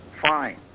fine